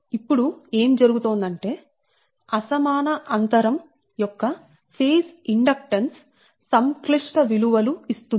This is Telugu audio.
ఇప్పుడు ఏం జరుగుతోందంటే అసమాన అంతరం యొక్క ఫేజ్ ఇండక్టెన్స్ సంక్లిష్ట విలువలు ఇస్తుంది